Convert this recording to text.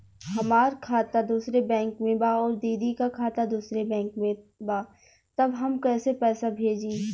हमार खाता दूसरे बैंक में बा अउर दीदी का खाता दूसरे बैंक में बा तब हम कैसे पैसा भेजी?